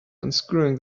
unscrewing